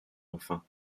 enfin